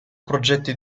progetti